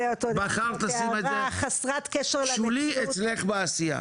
בחרת לשים את זה שולי אצלך בעשייה.